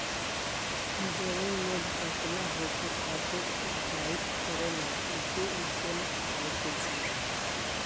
जवन लोग पतला होखे खातिर डाईट करेला ओके इ तेल खाए के चाही